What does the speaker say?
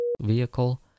vehicle